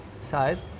size